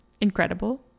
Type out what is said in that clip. incredible